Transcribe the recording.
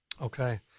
Okay